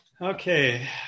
Okay